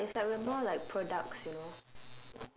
ya it's like we're more like products you know